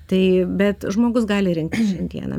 tai bet žmogus gali rinktis dieną